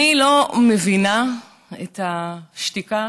אני לא מבינה את השתיקה